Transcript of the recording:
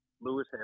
Lewis